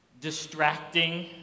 distracting